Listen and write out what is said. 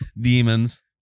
demons